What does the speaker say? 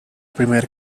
primer